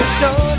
show